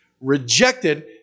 rejected